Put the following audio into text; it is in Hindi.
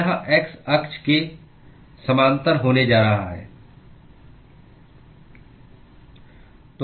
यह x अक्ष के समानांतर होने जा रहा है